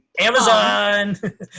Amazon